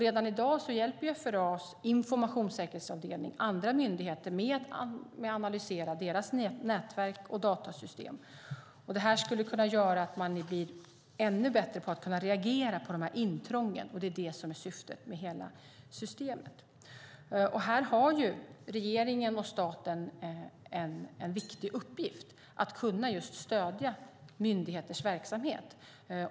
Redan i dag hjälper FRA:s informationssäkerhetsavdelning andra myndigheter att analysera deras nätverk och datasystem. Det här skulle kunna göra att man blir ännu bättre på att reagera på intrången, vilket är syftet med hela systemet. Här har regeringen och staten en viktig uppgift att stödja myndigheters verksamhet.